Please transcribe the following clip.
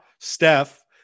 Steph